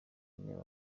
w’intebe